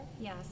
Yes